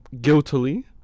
guiltily